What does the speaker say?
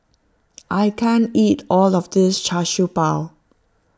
I can't eat all of this Char Siew Bao